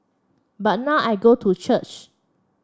but now I go to church